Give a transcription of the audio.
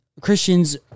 Christians